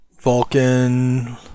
Vulcan